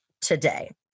today